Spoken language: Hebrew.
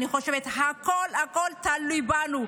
אני חושבת שהכול-הכול תלוי בנו,